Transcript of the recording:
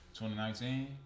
2019